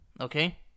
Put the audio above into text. okay